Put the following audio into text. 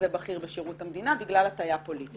בכיר כזה בשירות המדינה בגלל הטיה פוליטית.